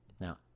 now